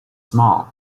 small